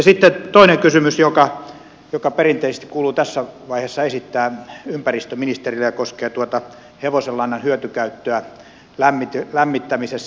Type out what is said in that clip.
sitten toinen kysymys joka perinteisesti kuuluu tässä vaiheessa esittää ympäristöministerille koskee hevosenlannan hyötykäyttöä lämmittämisessä